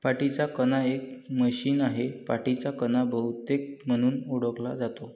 पाठीचा कणा एक मशीन आहे, पाठीचा कणा बहुतेक म्हणून ओळखला जातो